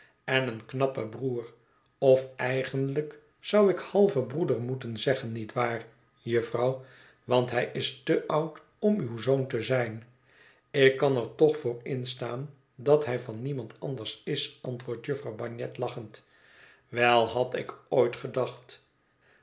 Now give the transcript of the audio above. en een knappe broer of eigenlijk zou ik halve broeder moeten zeggen nietwaar jufvrouw want hij is te oud om uw zoon te zijn ik kan er toch voor instaan dat hij van niemand anders is antwoordt jufvrouw bagnet lachend wel had ik ooit gedacht